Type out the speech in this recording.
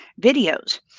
videos